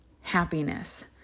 happiness